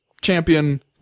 champion